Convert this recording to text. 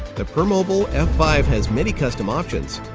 the permobil f five has many custom options,